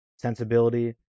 sensibility